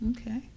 okay